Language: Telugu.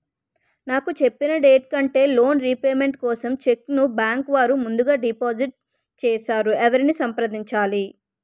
నాకు చెప్పిన డేట్ కంటే లోన్ రీపేమెంట్ కోసం చెక్ ను బ్యాంకు వారు ముందుగా డిపాజిట్ చేసారు ఎవరిని సంప్రదించాలి?